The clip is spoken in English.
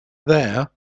there